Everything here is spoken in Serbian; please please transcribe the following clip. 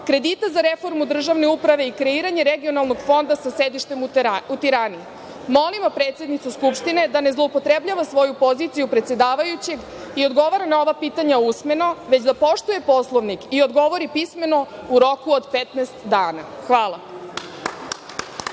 kredita za reformu državne uprave i kreiranje regionalnog fonda sa sedištem u Tirani? Molimo predsednicu Skupštine da ne zloupotrebljava svoju poziciju predsedavajućeg i odgovori na ova pitanja usmeno, već da poštuje Poslovnik i da odgovori pismeno, u roku od 15 dana. Hvala.